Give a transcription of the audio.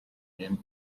and